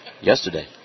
Yesterday